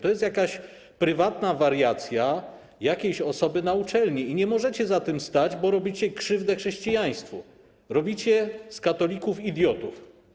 To jest jakaś prywatna wariacja jakiejś osoby na uczelni i nie możecie za tym stać, bo robicie krzywdę chrześcijaństwu, robicie z katolików idiotów.